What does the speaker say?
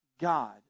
God